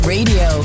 Radio